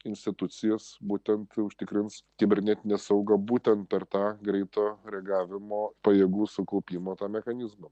institucijas būtent užtikrins kibernetinę saugą būtent per tą greito reagavimo pajėgų sukaupimo tą mechanizmą